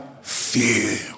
fear